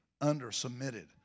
under-submitted